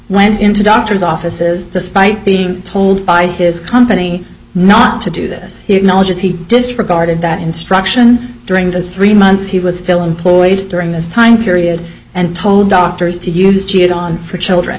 went into doctor's offices despite being told by his company not to do this knowledge as he disregarded that instruction during the three months he was still employed during this time period and told doctors to use jihad on her children